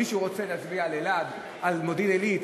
מישהו רוצה להצביע על אלעד, על מודיעין-עילית,